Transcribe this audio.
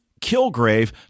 Kilgrave